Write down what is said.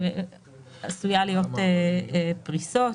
עשויה להיות המלצה על פריסות.